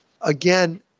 again